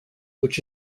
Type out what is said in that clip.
which